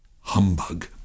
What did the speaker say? Humbug